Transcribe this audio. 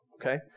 okay